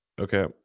Okay